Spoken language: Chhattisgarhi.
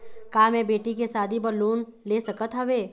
का मैं बेटी के शादी बर लोन ले सकत हावे?